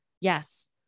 Yes